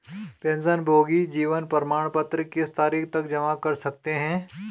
पेंशनभोगी जीवन प्रमाण पत्र किस तारीख तक जमा कर सकते हैं?